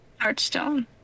heartstone